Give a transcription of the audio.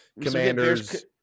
Commanders